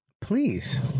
Please